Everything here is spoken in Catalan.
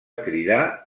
cridar